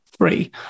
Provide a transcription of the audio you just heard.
Three